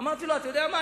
אמרתי לו: אתה יודע מה,